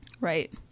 Right